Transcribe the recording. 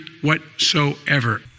whatsoever